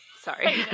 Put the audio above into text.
sorry